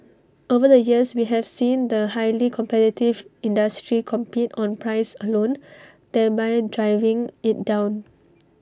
over the years we have seen the highly competitive industry compete on price alone thereby driving IT down